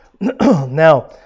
Now